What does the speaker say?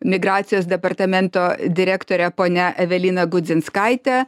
migracijos departamento direktore ponia evelina gudzinskaitė